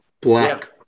Black